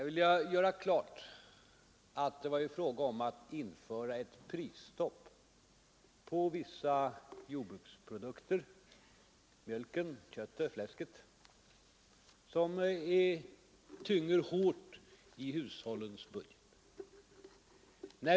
Det var alltså fråga om att införa ett prisstopp på vissa jordbruksprodukter — mjölk, kött, fläsk — som tynger hårt i hushållens budget.